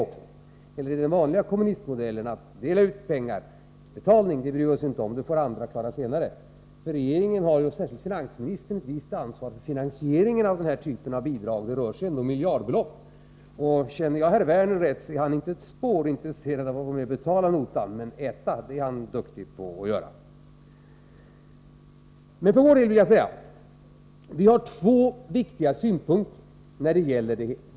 Eller blir det den vanliga kommunistmodellen att dela ut pengar, men betalning, det bryr vi oss inte om, det får andra klara senare? Regeringen, och särskilt finansministern, har ju ett visst ansvar för finansieringen av den här typen av bidrag. Det rör sig ändå om miljardbelopp. Känner jag herr Werner rätt är han inte ett spår intresserad av att betala notan, men äta det är han duktig på att göra. För vår del har vi två viktiga synpunkter när det gäller detta.